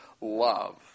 love